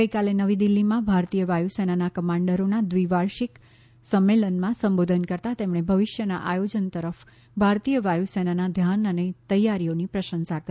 ગઈકાલે નવી દિલ્ફીમાં ભારતીય વાયુસેનાના કમાન્ડરોના દ્વિવાર્ષિક સંમેલનમાં સંબોધન કરતાં તેમણે ભવિષ્યના આયોજન તરફ ભારતીય વાયુસેનાના ધ્યાન અને તૈયારીઓની પ્રશંસા કરી